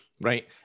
Right